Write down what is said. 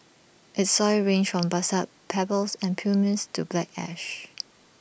its soils range from basalt pebbles and pumice to black ash